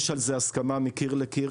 יש על זה הסכמה מקיר לקיר,